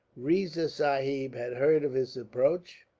riza sahib had heard of his approach